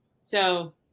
So-